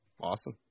awesome